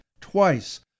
twice